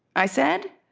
i said